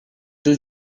two